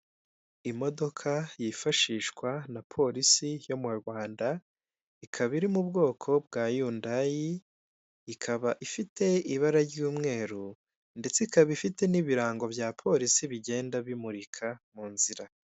Imodoka yifashishwa na Polisi yo mu Rwanda, ikaba iri mu bwoko bwa yundayi, ikaba ifite ibara ry'umweru ndetse ikaba ifite n'ibirango bya polisi bigenda bimurika mu nzira.